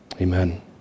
Amen